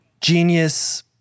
genius